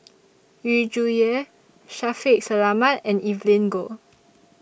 Yu Zhuye Shaffiq Selamat and Evelyn Goh